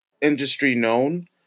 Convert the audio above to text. industry-known